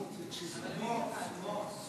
אדוני השר,